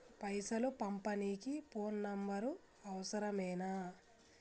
పైసలు పంపనీకి phone number అవసరమేనా?